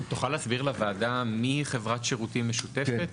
תוכל להסביר לוועדה מי היא חברת שירותים משותפת?